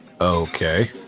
Okay